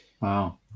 Wow